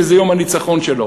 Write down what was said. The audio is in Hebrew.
שזה יום הניצחון שלו,